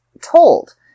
told